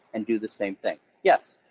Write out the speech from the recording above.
and do the same thing. yes,